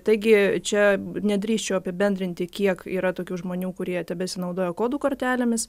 taigi čia nedrįsčiau apibendrinti kiek yra tokių žmonių kurie tebesinaudoja kodų kortelėmis